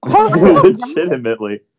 Legitimately